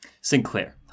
Sinclair